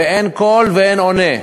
ואין קול ואין עונה,